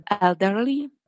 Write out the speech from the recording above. elderly